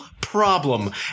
problem